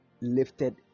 lifted